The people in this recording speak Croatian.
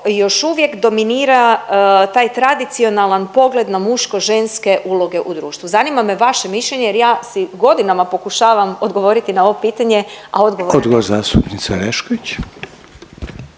još uvijek dominira taj tradicionalan pogled na muško-ženske uloge u društvu? Zanima me vaše mišljenje jer ja si godinama pokušavam odgovoriti na ovo pitanje, a odgovora nema.